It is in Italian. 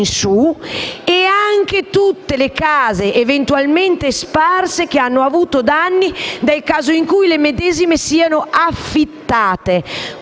e anche tutte le case sparse che hanno avuto danni nel caso in cui le medesime siano affittate.